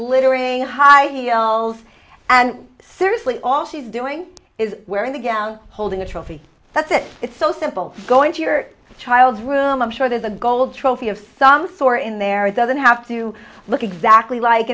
flittering heidi yells and seriously all she's doing is wearing the gal holding the trophy that's it it's so simple going to your child's room i'm sure there's a gold trophy of some sort in there it doesn't have to look exactly like